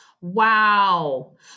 Wow